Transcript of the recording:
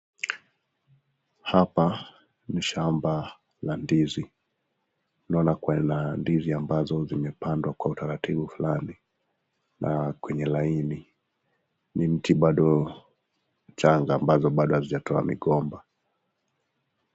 Hapa ni shamba la ndizi, inaonja kuwa ina ndizi ambazo zimepandwa kwa utaratibu fulani . Na kwenye laini ni mti bado mchanga bado hazijatoa migomba.